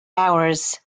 hours